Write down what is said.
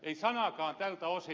ei sanaakaan tältä osin